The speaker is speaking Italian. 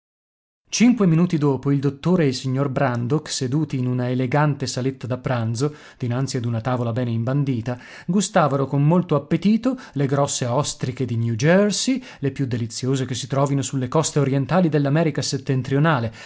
cinque minuti dopo il dottore e il signor brandok seduti in una elegante saletta da pranzo dinanzi ad una tavola bene imbandita gustavano con molto appetito le grosse ostriche di new jersey le più deliziose che si trovino sulle coste orientali dell'america settentrionale